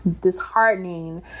disheartening